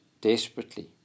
desperately